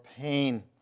pain